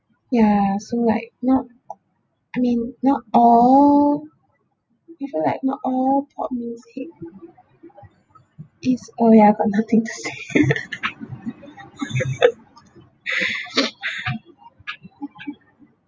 ya so like not I mean not all you feel like not all pop music is oh ya I got nothing to say